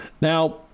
Now